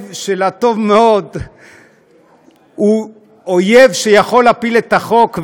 של הטוב-מאוד הוא אויב שיכול להפיל את החוק,